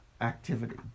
activity